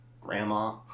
Grandma